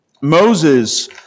Moses